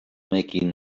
making